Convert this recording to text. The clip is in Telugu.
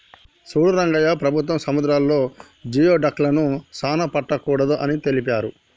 సూడు రంగయ్య ప్రభుత్వం సముద్రాలలో జియోడక్లను సానా పట్టకూడదు అని తెలిపారు